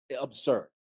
absurd